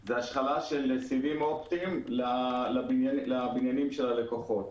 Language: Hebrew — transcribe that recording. זה השחלה של סיבים אופטיים לבניינים של הלקוחות.